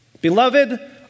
Beloved